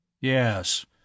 Yes